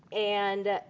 and